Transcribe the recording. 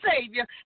Savior